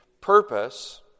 purpose